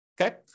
Okay